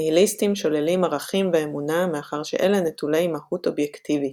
ניהיליסטים שוללים ערכים ואמונה מאחר שאלה נטולי מהות אובייקטיבית.